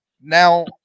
Now